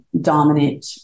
dominant